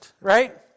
Right